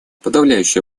подавляющее